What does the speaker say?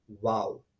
wow